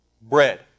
Bread